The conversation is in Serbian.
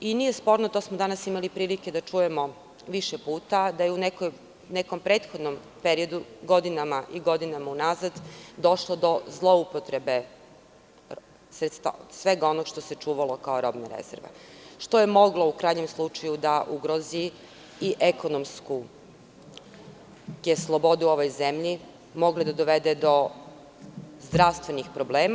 Nije sporno, to smo danas imali prilike da čujemo više puta, da je u nekom prethodnom periodu godinama i godinama u nazad došlo do zloupotrebe svega onog što se čuvalo kao robna rezerva, što je moglo u krajnjem slučaju da ugrozi i ekonomske slobode u ovoj zemlji, moglo da dovede do zdravstvenih problema.